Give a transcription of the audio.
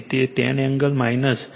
તે 10 એંગલ 66